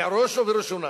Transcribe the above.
בראש ובראשונה.